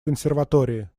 консерватории